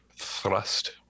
thrust